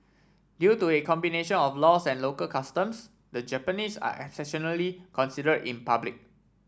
due to a combination of laws and local customs the Japanese are exceptionally consider in public